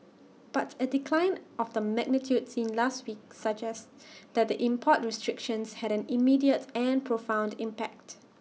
but A decline of the magnitude seen last week suggests that the import restrictions had an immediate and profound impact